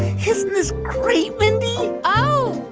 isn't this great, mindy? oh,